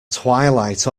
twilight